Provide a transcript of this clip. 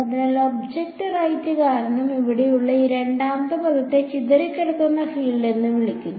അതിനാൽ object right കാരണം ഇവിടെയുള്ള ഈ രണ്ടാമത്തെ പദത്തെ ചിതറിക്കിടക്കുന്ന ഫീൽഡ് എന്ന് വിളിക്കുന്നു